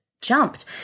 jumped